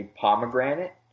Pomegranate